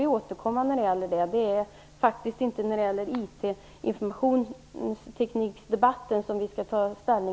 Vi skall inte ta ställning till skattefrågorna i informationsteknikdebatten.